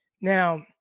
Now